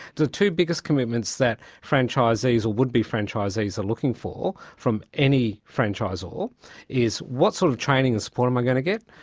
the two biggest commitments that franchisees or would-be franchisees are looking for from any franchisor is what sort of training and support am i going to get,